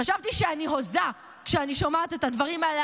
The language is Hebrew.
חשבתי שאני הוזה כשאני שומעת את הדברים האלה,